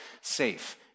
safe